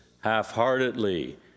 half-heartedly